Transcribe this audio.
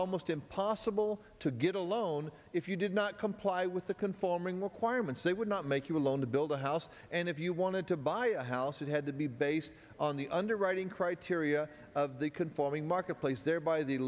almost impossible to get a loan if you did not comply with the conforming requirements they would not make you a loan to build a house and if you wanted to buy a house it had to be based on the underwriting criteria of the conforming marketplace thereby the